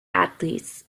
athletes